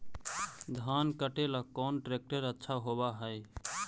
धान कटे ला कौन ट्रैक्टर अच्छा होबा है?